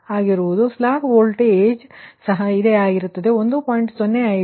slack bus voltage ಸಹ ಇದೇ ಆಗಿರುತ್ತದೆ 1